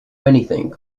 anything